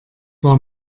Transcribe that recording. war